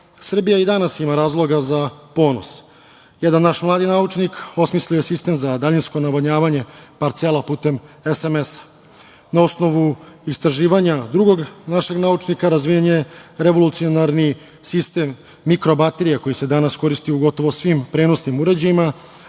Srbija i danas ima razloga za ponos. Jedan naš mladi naučnik osmislio je sistem za daljinsko navodnjavanje parcela putem SMS-a. Na osnovu istraživanja drugog našeg naučnika, razvijen je revolucionarni sistem mikrobaterija koji se danas koristi u gotovo svim prenosnim uređajima,